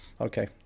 Okay